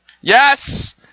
Yes